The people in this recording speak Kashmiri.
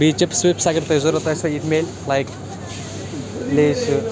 بیٚیہِ چِپٕس وِپٕس اگر تۄہہِ ضوٚرَتھ آسیو یہِ تہِ مِلہِ لایک لیز چھُ